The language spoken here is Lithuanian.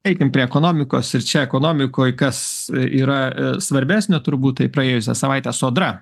eikm prie ekonomikos ir čia ekonomikoj kas yra svarbesnio turbūt tai praėjusią savaitę sodra